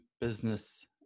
business